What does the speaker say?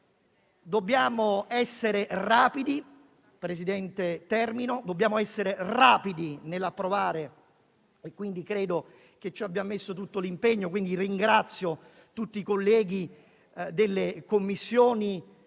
dobbiamo essere rapidi nell'approvare e credo che ci abbiamo messo tutto l'impegno. Ringrazio, pertanto, tutti i colleghi delle Commissioni